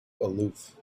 aloof